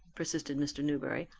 persisted mr. newberry,